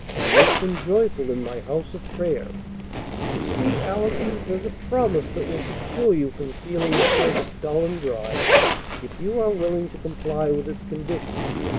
and make them joyful in my house of prayer' you see, allison, there's a promise that will secure you from feeling the service dull and dry if you are willing to comply with its conditions